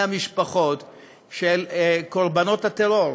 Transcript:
של בני-המשפחות של קורבנות הטרור,